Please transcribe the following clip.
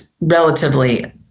relatively